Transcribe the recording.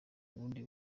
ubundi